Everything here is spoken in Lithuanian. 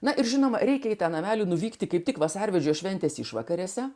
na ir žinoma reikia į tą namelį nuvykti kaip tik vasarvidžio šventės išvakarėse